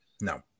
No